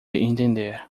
entender